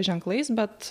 ženklais bet